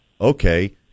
okay